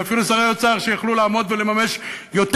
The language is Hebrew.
ואפילו שרי אוצר שיכלו לעמוד ולממש יותר